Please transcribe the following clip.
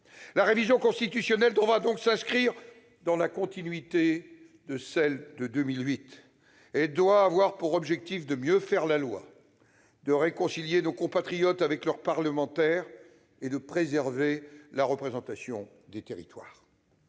La révision constitutionnelle devra donc s'inscrire dans la continuité de celle de 2008. Elle doit avoir pour objectif de mieux faire la loi, de réconcilier nos compatriotes avec leurs parlementaires et de préserver la représentation des territoires.